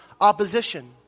opposition